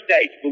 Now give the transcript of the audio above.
states